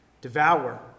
devour